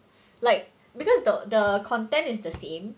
like because the the content is the same